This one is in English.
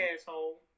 asshole